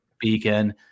beacon